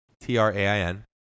T-R-A-I-N